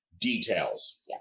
details